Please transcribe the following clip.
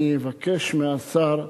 אני אבקש מהשר,